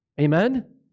Amen